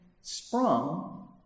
sprung